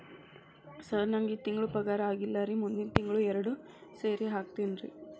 sir ನಂಗ ಈ ತಿಂಗಳು ಪಗಾರ ಆಗಿಲ್ಲಾರಿ ಮುಂದಿನ ತಿಂಗಳು ಎರಡು ಸೇರಿ ಹಾಕತೇನ್ರಿ